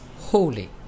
holy